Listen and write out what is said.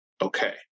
okay